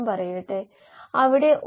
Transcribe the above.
ഞാൻ ഒരു കാര്യം കൂടി കാണിച്ചുതരാം